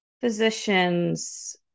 physicians